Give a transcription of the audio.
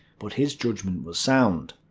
but his judgement was sound.